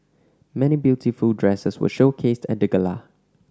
many beautiful dresses were showcased at the gala